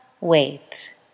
wait